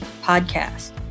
podcast